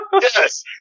Yes